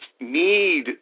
need